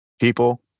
People